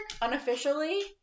unofficially